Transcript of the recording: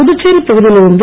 புதுச்சேரி பகுதியில் இருந்து